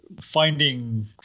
finding